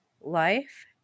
life